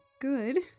good